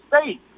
state